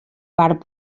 part